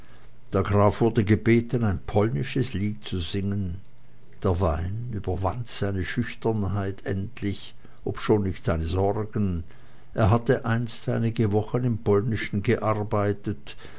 der graf wurde gebeten ein polnisches lied zu singen der wein überwand seine schüchternheit endlich obschon nicht seine sorgen er hatte einst einige wochen im polnischen gearbeitet